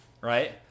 Right